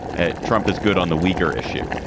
ah trump is good on the weaker issue.